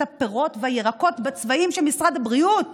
הפירות והירקות בצבעים שמשרד הבריאות